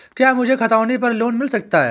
क्या मुझे खतौनी पर लोन मिल सकता है?